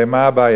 הרי מה הבעיה?